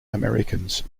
americans